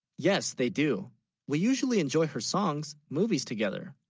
yes they, do we usually enjoy her songs movies together